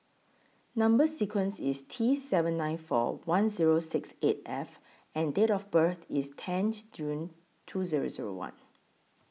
Number sequence IS T seven nine four one Zero six eight F and Date of birth IS tenth June two Zero Zero one